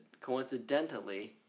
Coincidentally